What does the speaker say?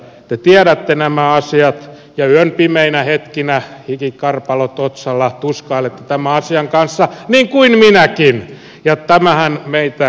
te tiedätte nämä asiat ja yön pimeinä hetkinä hikikarpalot otsalla tuskailette tämän asian kanssa niin kuin minäkin ja tämähän meitä yhdistää